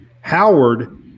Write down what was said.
Howard